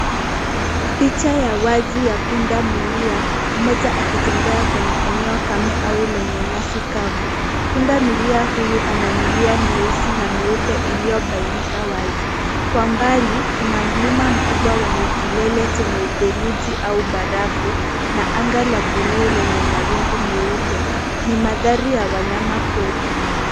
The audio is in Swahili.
Picha ya wazi ya punda milia mmoja kitembea kwenye eneo kame au lenye nyasi kzvu, pundamilia huyu ana milia nyeusi na nyeupe iliyobainika wazi, kwa mbali kuna mlima mkubwa wenye kilele chenye theruji au barafu na anga la blue lenye mawingu meupe, ni mandhari ya wanyama pori.